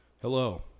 Hello